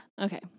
Okay